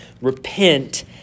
Repent